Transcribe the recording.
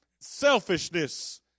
Selfishness